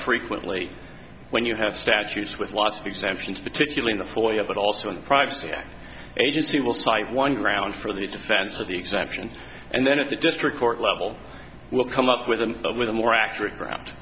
frequently when you have statutes with lots of exemptions particularly in the foyer but also in the privacy agency will cite one ground for the defense of the exemption and then at the district court level will come up with an of with a more accurate